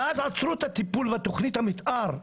אז, עצרו את הטיפול בתכנית המתאר.